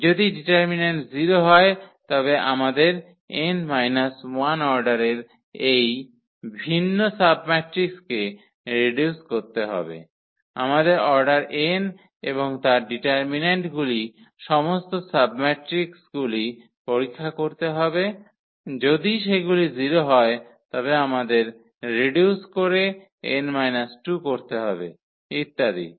যদি ডিটারমিন্যান্ট 0 হয় তবে আমাদের n 1 অর্ডারের এই ভিন্ন সাবমেট্রিক্সকে রিডিউস করতে হবে আমাদের অর্ডার n এবং তার ডিটারমিন্যান্টগুলির সমস্ত সাবম্যাট্রিকগুলি পরীক্ষা করতে হবে যদি সেগুলি 0 হয় তবে আমাদের রিডিউস করে n - 2 করতে হবে ইত্যাদি